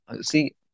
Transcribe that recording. See